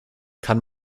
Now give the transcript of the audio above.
kann